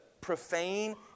profane